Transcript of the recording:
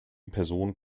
person